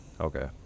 Okay